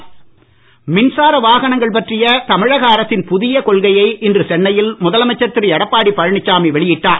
மின்சார வாகனம் மின்சார வாகனங்கள் பற்றிய தமிழக அரசின் புதிய கொள்கையை இன்று சென்னையில் முதலமைச்சர் திரு எடப்பாடி பழனிச்சாமி வெளியிட்டார்